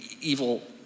evil